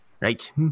Right